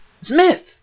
Smith